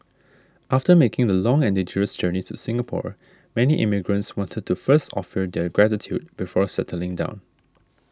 after making the long and dangerous journey to Singapore many immigrants wanted to first offer their gratitude before settling down